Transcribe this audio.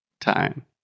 time